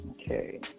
Okay